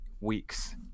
weeks